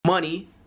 Money